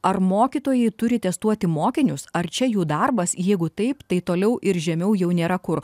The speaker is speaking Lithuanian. ar mokytojai turi testuoti mokinius ar čia jų darbas jeigu taip tai toliau ir žemiau jau nėra kur